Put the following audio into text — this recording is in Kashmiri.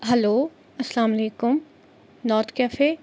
ہٮ۪لو اَسلامُ علیکُم نارٕتھ کٮ۪فے